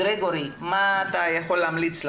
גרגורי, מה אתה יכול להמליץ לנו?